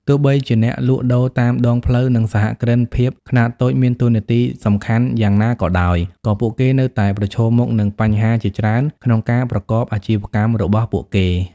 ទោះបីជាអ្នកលក់ដូរតាមដងផ្លូវ និងសហគ្រិនភាពខ្នាតតូចមានតួនាទីសំខាន់យ៉ាងណាក៏ដោយ ក៏ពួកគេនៅតែប្រឈមមុខនឹងបញ្ហាជាច្រើនក្នុងការប្រកបអាជីវកម្មរបស់ពួកគេ ។